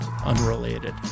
unrelated